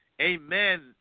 amen